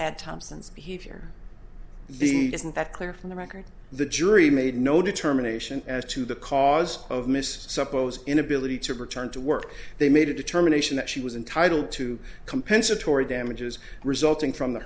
isn't that clear from the record the jury made no determination as to the cause of miss supposed inability to return to work they made a determination that she was entitled to compensatory damages resulting from the